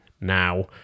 now